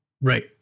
Right